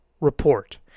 report